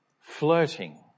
flirting